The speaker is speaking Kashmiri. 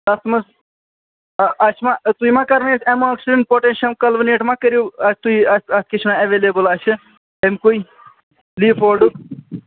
تَتھ منٛزآ اَسہِ ما تُہۍ ما کَرناے اَسہِ اٮ۪ماکسیٖن پوٹیٚشَم کَلوٕنیٹ ما کٔرِو اَسہِ تُہۍ اَسہِ اَتھ کیٛاہ چھِ وَنان ایولیبل اَسہِ اَمکُے لیٖفوڈُک